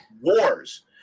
wars